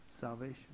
Salvation